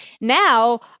Now